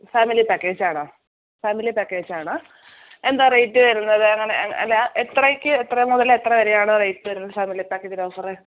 family package ആണോ family package ആണ് എന്താ റേറ്റ് വരുന്നത് അങ്ങനെ അല്ല എത്രയ്ക്ക് എത്ര മുതൽ എത്ര വരെയാണ് റേറ്റ് വരുന്നത് ഫാമിലി പാക്കേജിലെ ഓഫർ